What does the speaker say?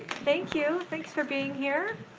thank you. thanks for being here.